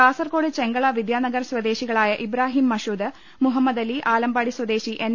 കാസർകോട് ചെങ്കള വിദ്യാനഗർ സ്വദേശികളായ ഇബ്രാഹിം മഷൂദ് മുഹമ്മദലി ആലമ്പാടി സ്വദേശി എൻ